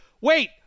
wait